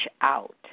out